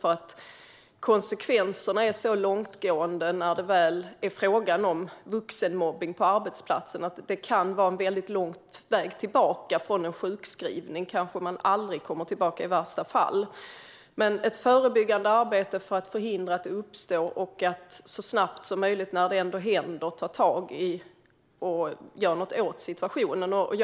När det väl är fråga om vuxenmobbning på arbetsplatsen är nämligen konsekvenserna så långtgående att det kan vara väldigt lång väg tillbaka från en sjukskrivning. I värsta fall kanske man aldrig kommer tillbaka. Det handlar om ett förebyggande arbete för att förhindra att det uppstår och för att så snabbt som möjligt ta tag i och göra något åt situationen när det ändå händer.